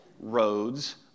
roads